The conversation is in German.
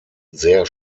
sehr